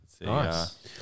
Nice